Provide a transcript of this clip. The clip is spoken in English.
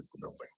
building